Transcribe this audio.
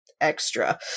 extra